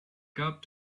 cab